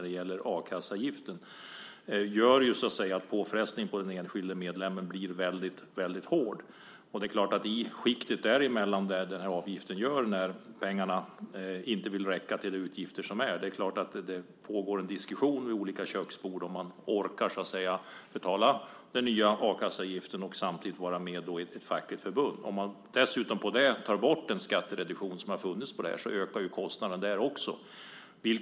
Det gör att påfrestningen på den enskilde medlemmen blir väldigt hård. Det är klart att det när pengarna i skiktet däremellan inte vill räcka till utgifterna pågår en diskussion vid olika köksbord kring om man orkar med den nya a-kasseavgiften och att samtidigt vara med i ett fackligt förbund. Om dessutom, ovanpå det, den skattereduktion som funnits här tas bort ökar ju kostnaderna.